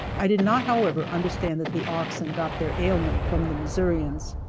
i did not, however, understand that the oxen got their ailment from the missourians.